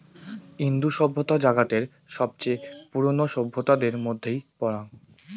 ইন্দু সভ্যতা জাগাতের সবচেয়ে পুরোনো সভ্যতাদের মধ্যেই পরাং